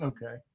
Okay